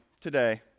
today